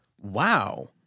wow